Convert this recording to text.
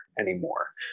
anymore